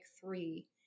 three